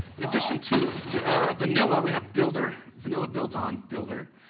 in addition to vanilla we have builder. vanilla builds on builder.